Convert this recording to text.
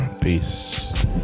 Peace